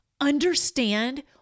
Understand